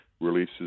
releases